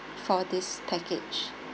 for this package